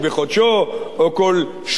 או כל שלושה חודשים,